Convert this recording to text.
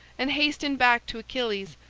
and hastened back to achilles,